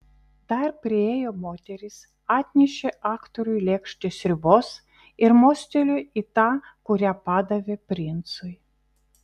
dar priėjo moteris atnešė aktoriui lėkštę sriubos ir mostelėjo į tą kurią padavė princui